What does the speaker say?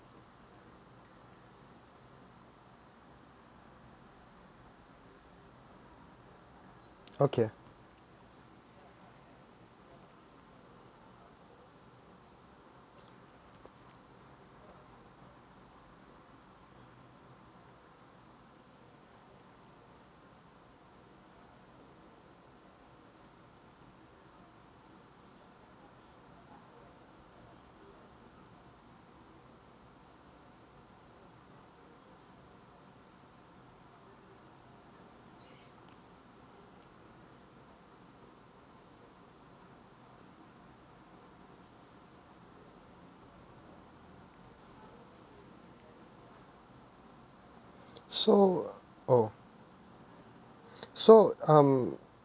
okay so oh so um